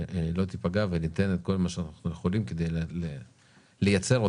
לא תיפגע וניתן את כל מה שאנחנו יכולים כדי לייצר את